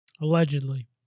Allegedly